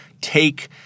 take